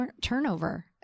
turnover